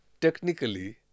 Technically